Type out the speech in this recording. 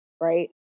right